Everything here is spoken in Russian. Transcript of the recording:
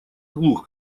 глух